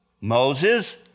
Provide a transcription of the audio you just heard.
Moses